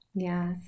Yes